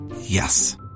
Yes